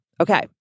Okay